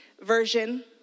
version